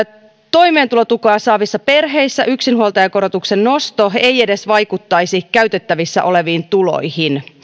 toimeentulotukea saavissa perheissä yksinhuoltajakorotuksen nosto ei edes vaikuttaisi käytettävissä oleviin tuloihin